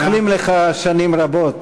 מאחלים לך שנים רבות,